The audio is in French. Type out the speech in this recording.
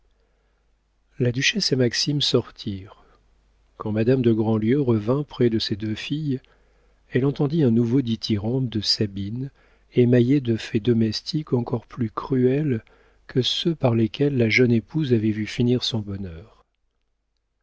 la duchesse et maxime sortirent quand madame de grandlieu revint près de ses deux filles elle entendit un nouveau dithyrambe de sabine émaillé de faits domestiques encore plus cruels que ceux par lesquels la jeune épouse avait vu finir son bonheur